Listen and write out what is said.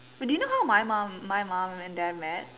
but do you know my mom my mom and dad met